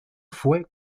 fue